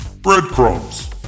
Breadcrumbs